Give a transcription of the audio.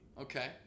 Okay